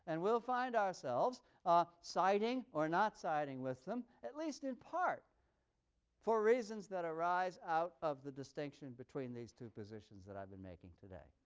and we'll find ourselves ah siding or not siding with them, at least in part for reasons that arise out of the distinction between these two positions that i've been making today.